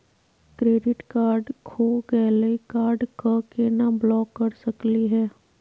Credit card खो गैली, card क केना ब्लॉक कर सकली हे?